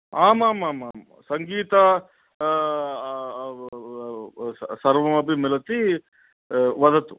आमामामाम् सङ्गीते सर्वमपि मिलति वदतु